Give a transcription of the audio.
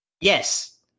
Yes